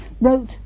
wrote